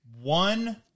One